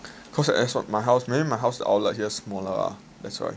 cause that's what my house maybe my house the outlet here smaller ah that's why